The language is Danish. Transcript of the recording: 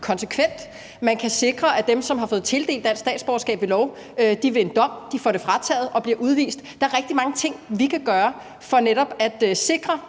konsekvent, man kan sikre, at dem, som har fået tildelt dansk statsborgerskab ved lov, får det frataget ved dom og bliver udvist. Der er rigtig mange ting, vi kan gøre for netop at sikre,